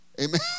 Amen